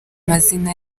mazina